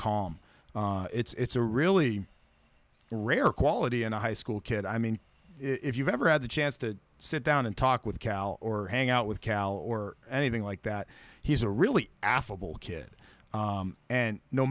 calm it's a really rare quality and a high school kid i mean if you've ever had the chance to sit down and talk with cal or hang out with cal or anything like that he's a really affable kid and no